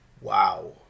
wow